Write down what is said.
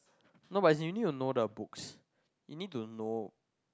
no but as in you need to know the books you need to know